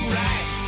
right